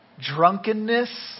drunkenness